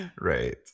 Right